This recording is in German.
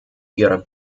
ihrer